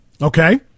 Okay